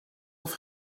off